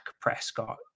Prescott